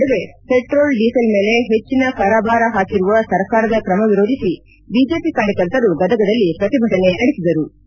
ಈ ನಡುವೆ petrol diesel ಮೇಲೆ ಹೆಚ್ಚನ ಕರಬಾರ ಹಾಕಿರುವ ಸರ್ಕಾರದ ಕ್ರಮ ವಿರೋಧಿಸಿ ಬಿಜೆಪಿ ಕಾರ್ಯಕರ್ತರು ಗದಗದಲ್ಲಿ ಪ್ರತಿಭಟನೆ ನಡೆಸಿದರು